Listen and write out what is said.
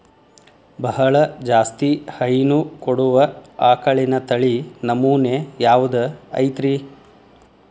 ಬಹಳ ಜಾಸ್ತಿ ಹೈನು ಕೊಡುವ ಆಕಳಿನ ತಳಿ ನಮೂನೆ ಯಾವ್ದ ಐತ್ರಿ?